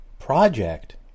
project